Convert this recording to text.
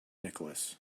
nicholas